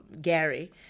Gary